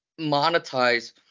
monetize